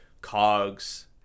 cogs